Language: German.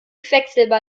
quecksilber